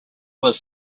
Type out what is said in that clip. was